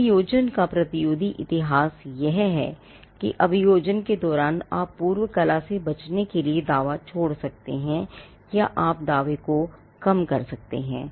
अभियोजन का प्रतिरोधी इतिहास यह है कि अभियोजन के दौरान आप एक पूर्व कला से बचने के लिए दावा छोड़ सकते हैं या आप दावे को कम कर सकते हैं